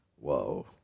Whoa